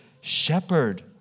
shepherd